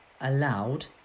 allowed